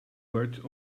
perched